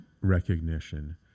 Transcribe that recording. recognition